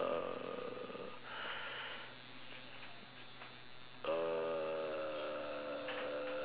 uh